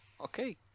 okay